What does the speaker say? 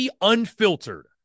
Unfiltered